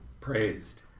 praised